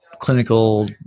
clinical